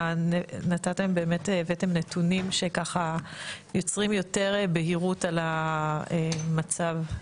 הבאתם נתונים שככה יוצרים יותר בהרות על המצב.